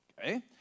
Okay